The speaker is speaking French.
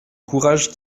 courage